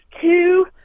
two